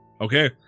Okay